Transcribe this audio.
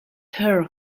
her